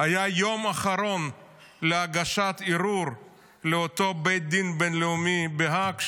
היה היום האחרון להגשת ערעור לאותו בית דין בין-לאומי בהאג,